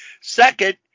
Second